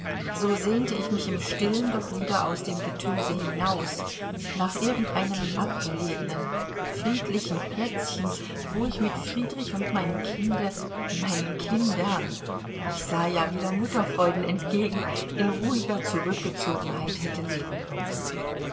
so sehnte ich mich im stillen doch wieder aus dem getöse hinaus nach irgend einem abgelegenen friedlichen plätzchen wo ich mit friedrich und meinem kinde meinen kindern ich sah ja wieder mutterfreuden entgegen in ruhiger zurückgezogenheit hätte leben können